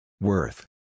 Worth